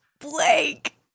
Blake